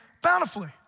bountifully